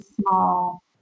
small